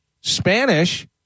Spanish